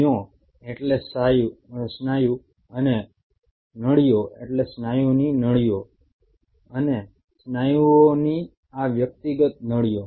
મ્યો એટલે સ્નાયુ અને નળીઓ એટલે સ્નાયુની નળીઓ અને સ્નાયુઓની આ વ્યક્તિગત નળીઓ